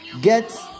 get